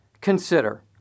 Consider